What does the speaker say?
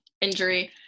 injury